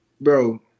bro